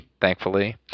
thankfully